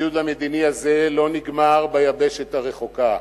הבידוד המדיני הזה לא נגמר ביבשת הרחוקה.